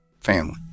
family